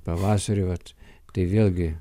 pavasarį vat tai vėlgi